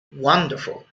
wonderful